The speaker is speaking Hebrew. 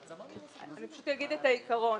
אני פשוט אגיד את העיקרון,